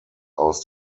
aus